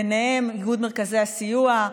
ובהם איגוד מרכזי הסיוע,